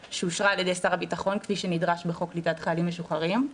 על-ידי שר הביטחון כפי שנדרש בחוק קליטת חיילים משוחררים.